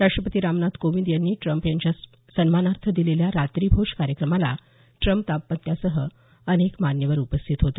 राष्ट्रपती रामनाथ कोविंद यांनी ट्रम्प यांच्या सन्मानार्थ दिलेल्या रात्रीभोज कार्यक्रमाला ट्रम्प दाम्पत्यासह अनेक मान्यवर उपस्थित होते